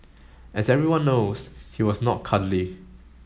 as everyone knows he was not cuddly